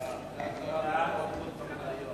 (תיקון מס' 3),